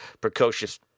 precocious